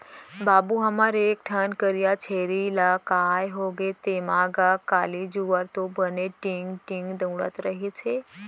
बाबू हमर एक ठन करिया छेरी ला काय होगे तेंमा गा, काली जुवार तो बने टींग टींग दउड़त रिहिस हे